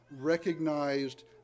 recognized